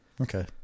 okay